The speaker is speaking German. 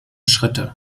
schritte